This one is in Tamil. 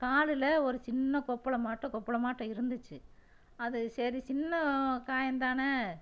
காலில் ஒரு சின்ன கொப்புளமாட்டோம் கொப்புளமாட்டோம் இருந்துச்சு அது சரி சின்ன காயந்தான